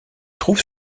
trouve